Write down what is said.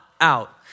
out